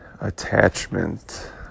attachment